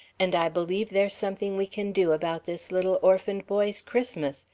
and i believe there's something we can do about this little orphaned boy's christmas,